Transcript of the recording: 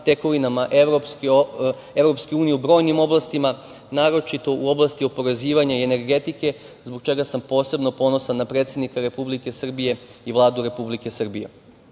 tekovinama Evropske unije u brojnim oblastima, naročito u oblasti oporezivanja i energetike, zbog čega sam posebno ponosan na predsednika Republike Srbije i Vladu Republike Srbije. Kada